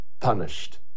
punished